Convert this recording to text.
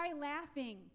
laughing